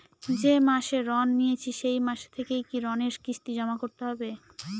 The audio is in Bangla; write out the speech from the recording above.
যে মাসে ঋণ নিয়েছি সেই মাস থেকেই কি ঋণের কিস্তি জমা করতে হবে?